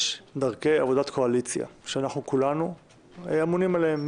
יש דרכי עבודת קואליציה שכולנו אמונים עליהן.